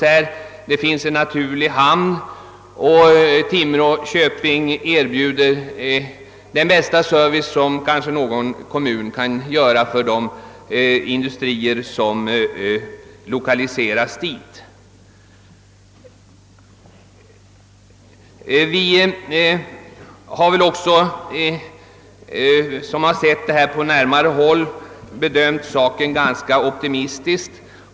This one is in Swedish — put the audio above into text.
Där finns en naturlig hamn, och Timrå köping erbjuder den bästa service som kanske någon kommun kan ge de industrier som lokaliseras dit. Vi som har sett detta problem på närmare håll har väl också bedömt saken ganska optimistiskt.